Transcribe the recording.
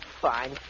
fine